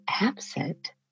absent